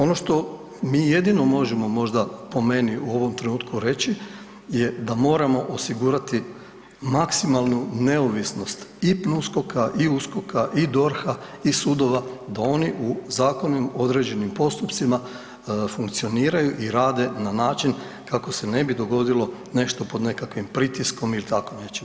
Ono što mi jedino možemo možda po meni u ovom trenutku reći je da moramo osigurati maksimalnu neovisnost i PNUSKOK-a i USKOK-a i DORH-a i sudova da oni u zakonom određenim postupcima funkcioniraju i rade na način kako se ne bi dogodilo nešto pod nekakvim pritiskom ili tako nečim.